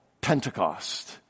Pentecost